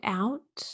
out